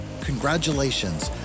Congratulations